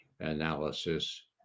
analysis